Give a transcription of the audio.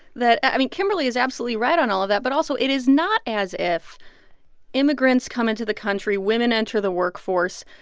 that i mean, kimberly is absolutely right on all of that. but, also, it is not as if immigrants come into the country. women enter the workforce.